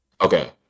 Okay